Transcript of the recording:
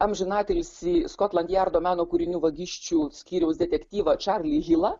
amžinatilsį skotlandjardo meno kūrinių vagysčių skyriaus detektyvą čarlį hilą